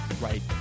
right